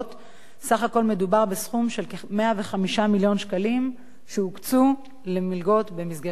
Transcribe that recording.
סך הכול מדובר בסכום של כ-105 מיליון שקלים שהוקצו למלגות במסגרת הקרן.